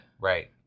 Right